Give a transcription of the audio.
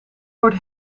wordt